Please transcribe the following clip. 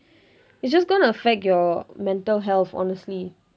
it's just going to affect your mental health honestly